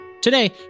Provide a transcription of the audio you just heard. Today